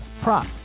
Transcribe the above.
prop